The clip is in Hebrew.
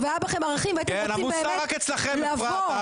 זה מצב לא בריא, ולכן אנחנו מתמקדים לזה, זה